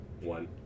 one